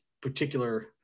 particular –